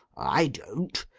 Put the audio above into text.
i don't.